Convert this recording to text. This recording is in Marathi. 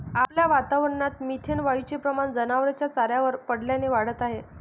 आपल्या वातावरणात मिथेन वायूचे प्रमाण जनावरांच्या चाऱ्यावर पडल्याने वाढत आहे